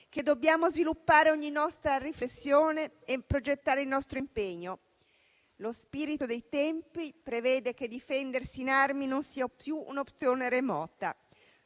che dobbiamo sviluppare ogni nostra riflessione e progettare il nostro impegno. Lo spirito dei tempi prevede che difendersi in armi non sia più un'opzione remota;